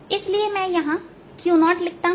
इसलिए मैं यहां Q0लिखता हूं